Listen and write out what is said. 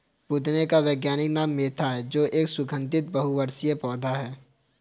पुदीने का वैज्ञानिक नाम मेंथा है जो एक सुगन्धित बहुवर्षीय पौधा है